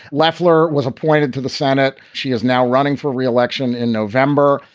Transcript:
leffler was appointed to the senate. she is now running for re-election in november.